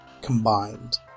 combined